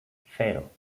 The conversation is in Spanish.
cero